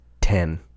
ten